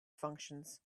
functions